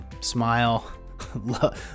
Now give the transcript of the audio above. Smile